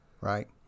right